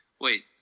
Wait